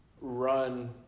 run